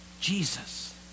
Jesus